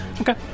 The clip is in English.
Okay